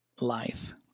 life